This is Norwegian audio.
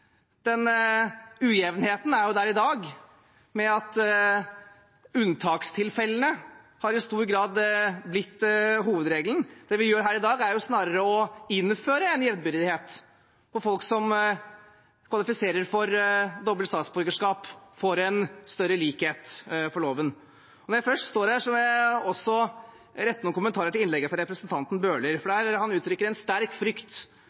Den ujevnheten er jo der i dag ved at unntakstilfellene i stor grad har blitt hovedregelen. Det vi gjør her i dag, er jo snarere å innføre jevnbyrdighet. Folk som kvalifiserer for dobbelt statsborgerskap, får større likhet for loven. Når jeg først står her, vil jeg også rette noen kommentarer til innlegget fra representanten Bøhler. Han uttrykker en sterk frykt